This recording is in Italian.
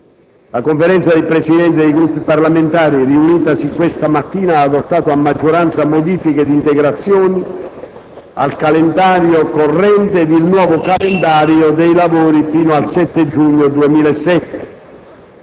La Conferenza dei Presidenti dei Gruppi parlamentari, riunitasi questa mattina, ha adottato a maggioranza modifiche e integrazioni al calendario corrente ed il nuovo calendario dei lavori fino al 7 giugno 2007.